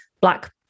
black